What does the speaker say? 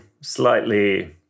slightly